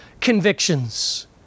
convictions